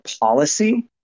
policy